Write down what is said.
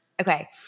Okay